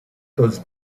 those